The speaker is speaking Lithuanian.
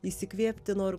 įsikvėpti noriu